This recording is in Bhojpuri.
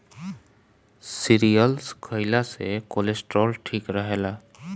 सीरियल्स खइला से कोलेस्ट्राल ठीक रहेला